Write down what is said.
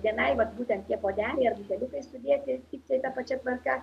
vienai vat būtent tie puodeliai ar buteliukai sudėti ta pačia tvarka